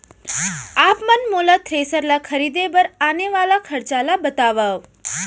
आप मन मोला थ्रेसर ल खरीदे बर आने वाला खरचा ल बतावव?